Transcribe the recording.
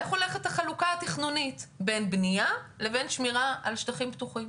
איך הולכת החלוקה תכנונית בין בנייה לבין שמירה על שטחים פתוחים,